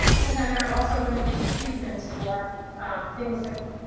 and then there are also going to be achievements or things that